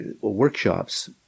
workshops